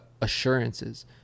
assurances